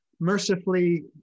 Mercifully